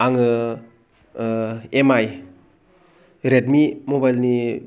आङो ओ M I Redmi मबाइलनि